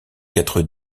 être